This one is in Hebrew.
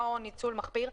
אותו ניצול מחפיר,